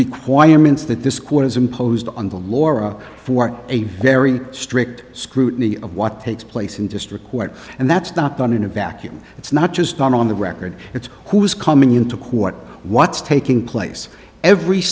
requirements that this court has imposed on the laura for a very strict scrutiny of what takes place in district court and that's not done in a vacuum it's not just on the record it's who's coming into court what's taking place every